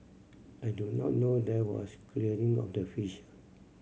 I do not know there was clearing of the fish